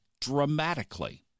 dramatically